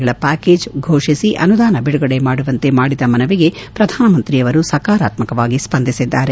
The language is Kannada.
ಗಳ ಪ್ಯಾಕೇಜ್ ಫೋಷಿಸಿ ಅನುದಾನ ಬಿಡುಗಡೆ ಮಾಡುವಂತೆ ಮಾಡಿದ ಮನವಿಗೆ ಪ್ರಧಾನ ಮಂತ್ರಿಯವರು ಸಕಾರಾತ್ಮಕವಾಗಿ ಸ್ವಂದಿಸಿದ್ದಾರೆ